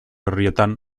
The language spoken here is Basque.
herrietan